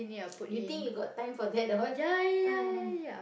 you think you got time for that all